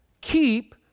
keep